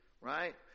right